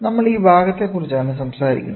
നമ്മൾ ഈ ഭാഗത്തെക്കുറിച്ചാണ് സംസാരിക്കുന്നത്